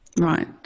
Right